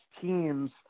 teams